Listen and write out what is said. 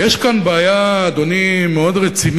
ויש כאן בעיה מאוד רצינית,